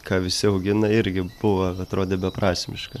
ką visi augina irgi buvo atrodė beprasmiška